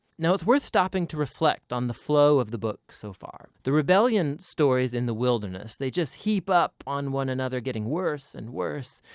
now it's worth stopping to reflect on the flow of the book so far. the rebellion stories in the wilderness, they just heap up on one another, getting worse and worse.